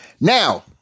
Now